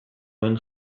nuen